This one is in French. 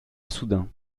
soudain